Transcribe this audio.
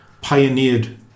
pioneered